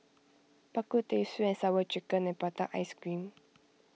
Bak Kut Teh Sweet and Sour Chicken and Prata Ice Cream